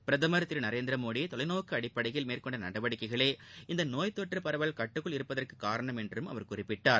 பிரதமா் திரு நரேந்திரமோடி தொலைநோக்கு அடிப்படையில் மேற்கொண்ட நடவடிக்கைகளே இந்த நோய் தொற்று பரவல் கட்டுக்குள் இருப்பதற்கு காரணம் என்றும் அவர் குறிப்பிட்டார்